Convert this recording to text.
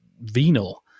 venal